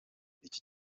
iki